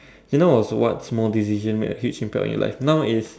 just now was what small decision made a huge impact on your life now is